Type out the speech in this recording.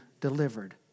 delivered